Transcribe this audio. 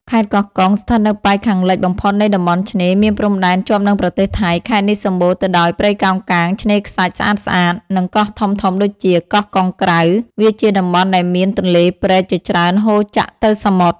ខេត្តកោះកុង ស្ថិតនៅប៉ែកខាងលិចបំផុតនៃតំបន់ឆ្នេរ មានព្រំដែនជាប់នឹងប្រទេសថៃ ខេត្តនេះសម្បូរទៅដោយព្រៃកោងកាង ឆ្នេរខ្សាច់ស្ងាត់ៗ និងកោះធំៗដូចជាកោះកុងក្រៅ វាជាតំបន់ដែលមានទន្លេព្រែកជាច្រើនហូរចាក់ទៅសមុទ្រ។